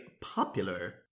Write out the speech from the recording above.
popular